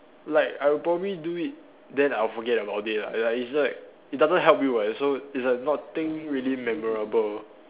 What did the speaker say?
like I would probably do it then I'll forget about it lah like it's like it doesn't help you [what] so it's like nothing really memorable